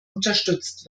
unterstützt